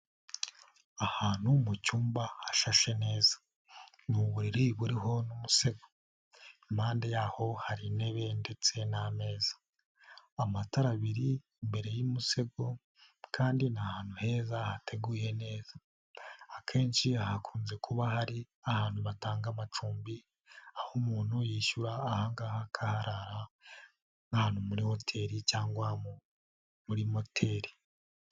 Ahantu mu cyumba hashashe neza. Ni uburiri buriho n'umusego, impande yaho hari intebe ndetse n'ameza. Amatara abiri imbere y'umusego kandi ni ahantu heza hateguye neza. Akenshi hakunze kuba hari ahantu batanga amacumbi, aho umuntu yishyura ahahanga akaharara, nk'ahantu muri hoteli cyangwa muri moteli.